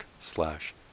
slash